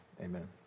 amen